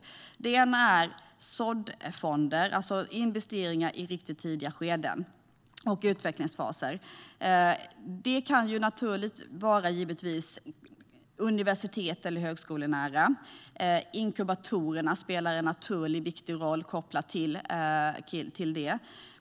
Till att börja med har man såddfonder, alltså investeringar i tidiga skeden och utvecklingsfaser. Det kan vara universitets eller högskolenära investeringar. Inkubatorerna spelar en naturlig och viktig roll kopplat till dessa.